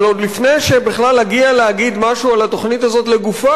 אבל עוד לפני בכלל להגיע להגיד משהו על התוכנית הזאת לגופה,